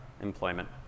employment